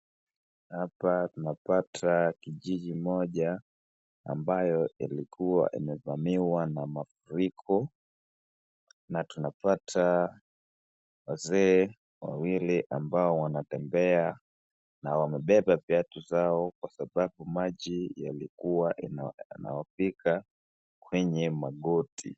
Hapa tunapata kijiji moja ambayo ilikua imevamiwa na mafuriko na tunapata wazee wawili ambao wanatembea na wamebeba viatu zao kwa sababu maji yalikua yanawafika kwenye magoti.